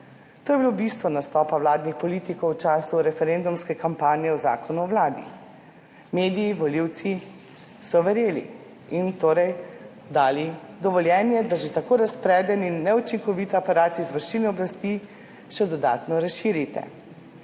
To je bilo bistvo nastopa vladnih politikov v času referendumske kampanje o Zakonu o Vladi Republike Slovenije. Mediji, volivci so verjeli in torej dali dovoljenje, da že tako razpreden in neučinkovit aparat izvršilne oblasti še dodatno razširite,